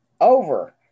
over